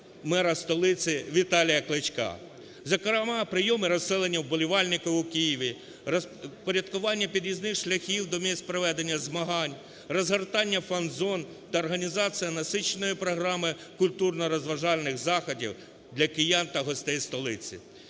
мера столиці Віталія Кличка. Зокрема, прийом і розселення вболівальників у Києві, впорядкування під'їзних шляхів до місць проведення змагань, розгортання фан-зон та організація насиченої програми, культурно-розважальних заходів для киян та гостей столиці.